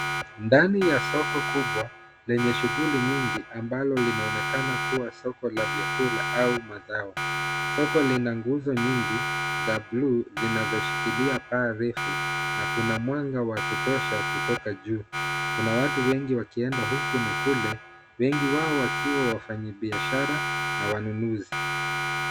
Ndani ya soko kuwa lenye shughuli nyingi ambalo linaonekana kuwa soko la vyakula au mazao. Soko lina nguzo nyingi za buluu zinazoshikilia paa refu na kuna mwanga wa kutosha kutoka juu. Kuna watu wengi wakienda huku na kule, wengi wao wakiwa wafanyi biashara na wanunuzi